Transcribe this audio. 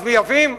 אז מייבאים?